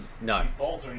No